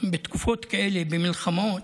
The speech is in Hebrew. בתקופות כאלה, במלחמות,